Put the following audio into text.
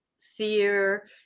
fear